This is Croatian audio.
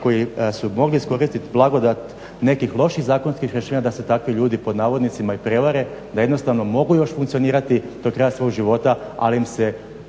koji su mogli iskoristiti blagodat nekih loših zakonskih rješenja da se takvi ljudi pod navodnicima i prevare. Da jednostavno mogu još funkcionirati do kraja svog života ali im se